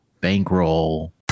bankroll